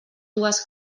dues